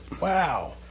Wow